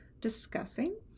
discussing